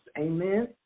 Amen